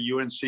UNC